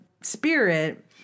spirit—